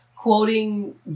Quoting